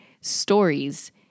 stories